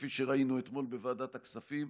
כפי שראינו אתמול בוועדת הכספים.